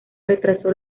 retrasó